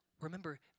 remember